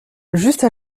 juste